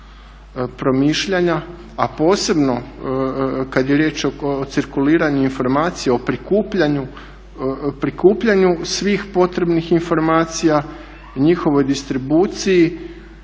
a posebno kada je riječ o cirkuliranju informacija o prikupljanju svih potrebnih informacija, njihovoj distribuciji,